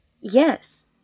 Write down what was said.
Yes